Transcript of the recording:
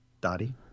Dottie